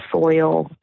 soil